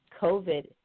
covid